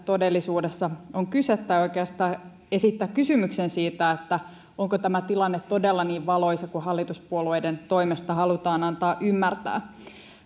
todellisuudessa on kyse tai oikeastaan esittää kysymyksen siitä onko tämä tilanne todella niin valoisa kuin hallituspuolueiden toimesta halutaan antaa ymmärtää